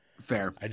Fair